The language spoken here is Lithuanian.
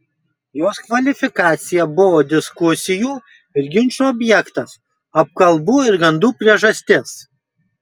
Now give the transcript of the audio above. jos kvalifikacija buvo diskusijų ir ginčų objektas apkalbų ir gandų priežastis